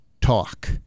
talk